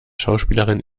schauspielerin